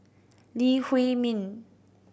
Lee Huei Min